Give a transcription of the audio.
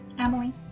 Emily